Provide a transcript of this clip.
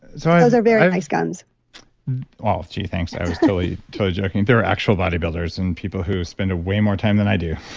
so those are very nice guns well, gee, thanks. i was totally, totally joking. they were actual bodybuilders and people who spend way more time than i do.